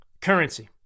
currency